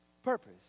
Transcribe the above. purpose